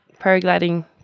paragliding